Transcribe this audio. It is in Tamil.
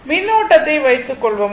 மின்னோட்டத்தை வைத்துக்கொள்வோம்